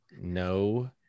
No